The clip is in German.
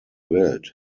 welt